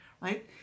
right